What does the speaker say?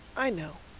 i know,